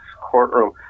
courtroom